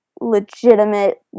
legitimate